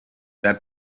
that